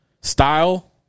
style